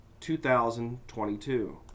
2022